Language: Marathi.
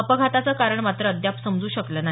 अपघाताचं कारण मात्र अद्याप समजू शकलं नाही